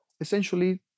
essentially